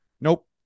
Nope